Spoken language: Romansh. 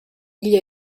igl